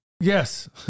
Yes